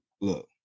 look